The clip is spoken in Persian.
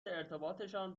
ارتباطشان